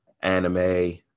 anime